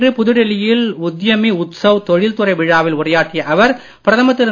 இன்று புதுடில்லி யில் உத்யமி உத்சவ் தொழில்துறை விழாவில் உரையாற்றிய அவர் பிரதமர் திரு